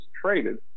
traded